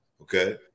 Okay